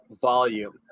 volume